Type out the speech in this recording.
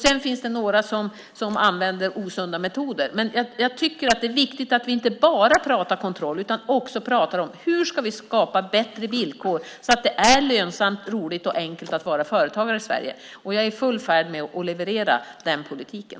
Det finns också några som använder osunda metoder, men jag tycker att det är viktigt att vi inte bara pratar om kontroll utan också pratar om hur vi ska skapa bättre villkor så att det blir lönsamt, roligt och enkelt att vara företagare i Sverige. Jag är i full färd med att leverera den politiken.